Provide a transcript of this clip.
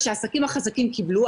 שהעסקים החזקים קיבלו,